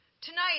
Tonight